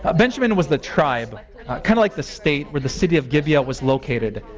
ah benjamin was the tribe kind of like the state where the city of gibeah was located.